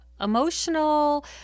emotional